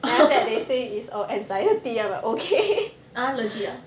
oh ah legit ah